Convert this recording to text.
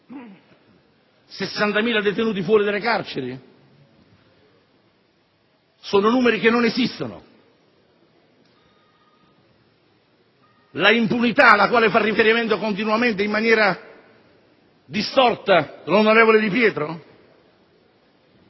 60.000 detenuti fuori delle carceri? Sono numeri che non esistono. La impunità alla quale fa riferimento continuamente in maniera distorta l'onorevole Di Pietro?